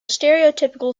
stereotypical